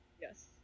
Yes